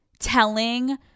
telling